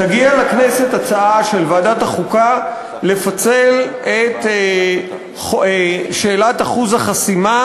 תגיע לכנסת הצעה של ועדת החוקה לפצל את שאלת אחוז החסימה